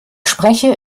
spreche